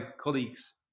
colleagues